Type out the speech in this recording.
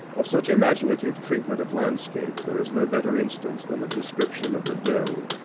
of such imaginative treatment of landscape there is no better instance than the description of the dell,